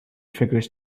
figures